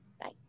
Bye